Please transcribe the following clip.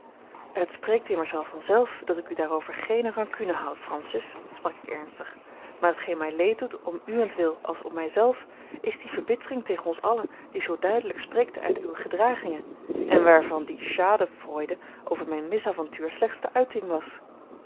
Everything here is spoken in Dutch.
het spreekt immers wel vanzelf dat ik u daarover geene rancune houd francis sprak ik ernstig maar t geen mij leed doet om uwentwil als om mij zelf is die verbittering tegen ons allen die zoo duidelijk spreekt uit uwe gedragingen en waarvan die schadenfreude over mijn misavontuur slechts de uiting was